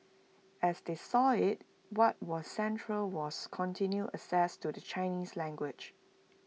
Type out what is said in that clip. as they saw IT what was central was continued access to the Chinese language